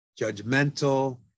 judgmental